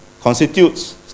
constitutes